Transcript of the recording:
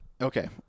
Okay